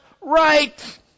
right